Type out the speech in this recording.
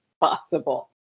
possible